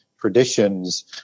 traditions